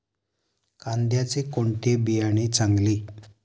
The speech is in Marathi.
कांद्याचे कोणते बियाणे चांगले?